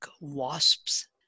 wasps